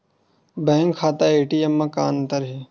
Bank खाता ATM मा का अंतर हे?